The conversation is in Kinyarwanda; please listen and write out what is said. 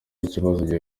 ikibazo